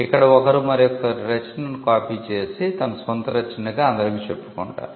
ఇక్కడ ఒకరు మరొకరి రచనను కాపీ చేసి తన సొంత రచనగా అందరికి చెప్పుకుంటారు